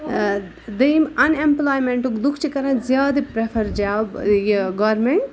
دٔیِم اَن اٮ۪مپلایمٮ۪نٛٹُک لُکھ چھِ کَران زیادٕ پرٛفَر جاب یہِ گورمٮ۪نٛٹ